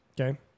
Okay